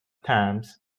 thames